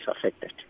affected